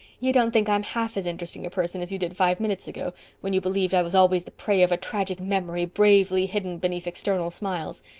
you don't think i'm half as interesting a person as you did five minutes ago when you believed i was always the prey of a tragic memory bravely hidden beneath external smiles.